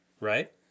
right